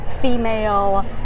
female